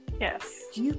Yes